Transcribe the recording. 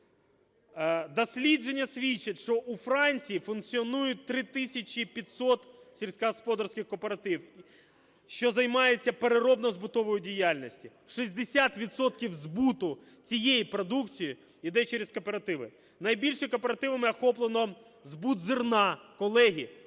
Дослідження свідчать, що у Франції функціонують 3 тисячі 500 сільськогосподарських кооперативів, що займаються переробно-збутовою діяльністю. 60 відсотків збуту цієї продукції іде через кооперативи. Найбільше кооперативами охоплено збут зерна. Колеги,